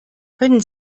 können